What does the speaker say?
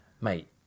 Mate